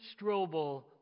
Strobel